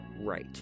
Right